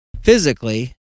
physically